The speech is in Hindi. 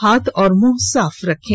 हाथ और मुंह साफ रखें